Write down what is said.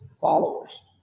followers